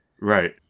Right